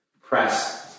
Press